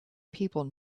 people